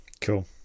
cool